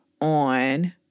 on